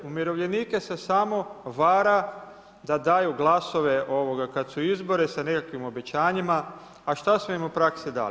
Umirovljenike se samo vara da daju glasove kad su izbori sa nekakvim obećanjima, a što smo im u praksi dali?